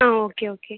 ആ okay okay